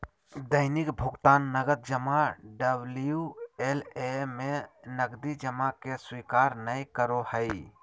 दैनिक भुकतान नकद जमा डबल्यू.एल.ए में नकदी जमा के स्वीकार नय करो हइ